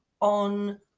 on